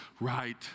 right